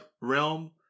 realm